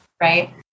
Right